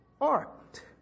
art